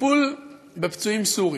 בטיפול בפצועים סורים.